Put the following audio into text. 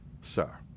Sir